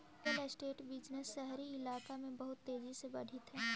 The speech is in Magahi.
रियल एस्टेट बिजनेस शहरी कइलाका में बहुत तेजी से बढ़ित हई